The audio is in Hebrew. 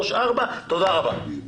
3, 4, תודה רבה.